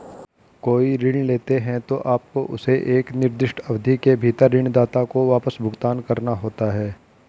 कोई ऋण लेते हैं, तो आपको उसे एक निर्दिष्ट अवधि के भीतर ऋणदाता को वापस भुगतान करना होता है